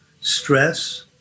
Stress